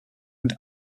and